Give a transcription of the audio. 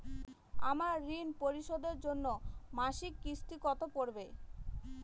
আমার ঋণ পরিশোধের জন্য মাসিক কিস্তি কত পড়বে?